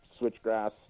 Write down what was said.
switchgrass